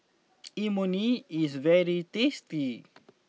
Imoni is very tasty